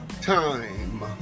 time